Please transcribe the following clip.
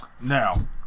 Now